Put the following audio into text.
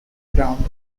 ground